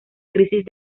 crisis